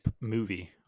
movie